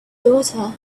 daughter